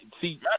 see